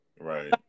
right